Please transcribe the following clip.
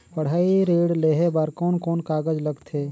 पढ़ाई ऋण लेहे बार कोन कोन कागज लगथे?